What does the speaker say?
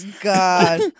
God